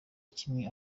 kimwe